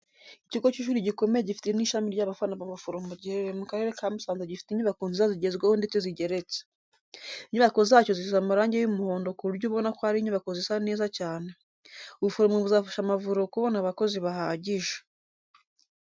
Ikigo cy'ishuri gikomeye gifite n'ishami ry'abafasha b'abaforomo giherereye mu Karere ka Musanze gifite inyubako nziza zigezweho ndetse zigeretse. Inyubako zacyo zisize amarange y'umuhondo ku buryo ubona ko ari inyubako zisa neza cyane. Ubuforomo buzafasha amavuriro kubona abakozi bahagije.